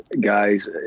guys